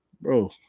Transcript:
bro